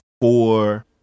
four